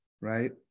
right